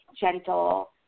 gentle